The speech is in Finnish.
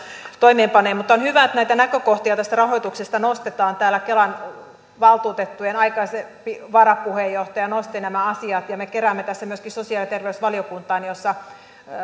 toimeenpanee on hyvä että näitä näkökohtia tästä rahoituksesta nostetaan täällä kelan valtuutettujen aikaisempi varapuheenjohtaja nosti nämä asiat me keräämme tässä myöskin sosiaali ja terveysvaliokuntaan jossa